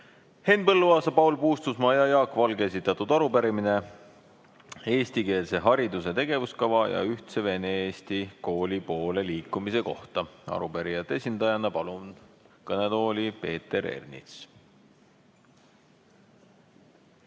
Henn Põlluaasa, Paul Puustusmaa ja Jaak Valge esitatud arupärimine eestikeelse hariduse tegevuskava ja ühtse vene-eesti kooli poole liikumise kohta. Arupärijate esindajana palun kõnetooli Peeter Ernitsa.